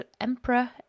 Emperor